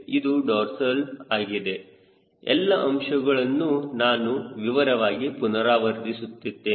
ಇದು ಡಾರ್ಸಲ್ ಆಗಿದೆ ಎಲ್ಲ ಅಂಶಗಳನ್ನು ನಾನು ವಿವರವಾಗಿ ಪುನರಾವರ್ತಿಸುತ್ತೇನೆ